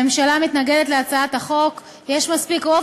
הממשלה מתנגדת להצעת החוק, יש רוב?